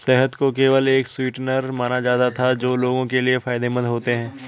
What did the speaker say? शहद को केवल एक स्वीटनर माना जाता था जो लोगों के लिए फायदेमंद होते हैं